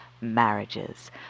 marriages